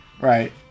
right